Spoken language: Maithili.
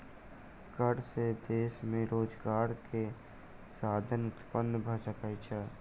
कर से देश में रोजगार के साधन उत्पन्न भ सकै छै